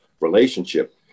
relationship